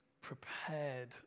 prepared